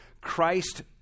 christ